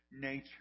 nature